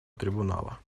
трибунала